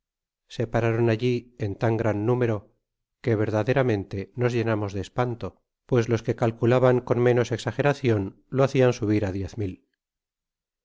se pararon alli en tan gran número que verdaderamente nos llenamos de espanta pues los que calculaban con menos exageracion lo hacian subir ádiez mil